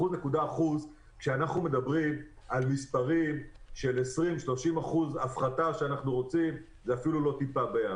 1.1% כשאנחנו מדברים על הפחתה של 30%-20% זה אפילו לא טיפה בים.